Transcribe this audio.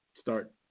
start